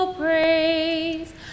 praise